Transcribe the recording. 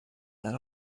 that